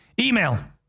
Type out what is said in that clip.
email